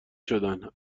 شدن